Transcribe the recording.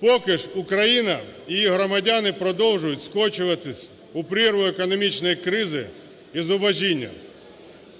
Поки ж Україна і її громадяни продовжують скочуватись у прірву економічної кризи і зубожіння,